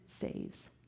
saves